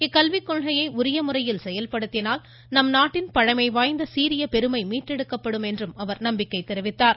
இக்கல்விக் கொள்கையை உரிய முறையில் செயல்படுத்தினால் நம் நாட்டின் பழமைவாய்ந்த சீரிய பெருமை மீட்டெடுக்கப்படும் என்றும் அவர் கூறினார்